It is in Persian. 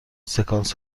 سکانس